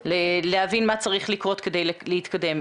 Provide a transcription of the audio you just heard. להבין מה צריך לקרות כדי להתקדם.